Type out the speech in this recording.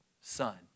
son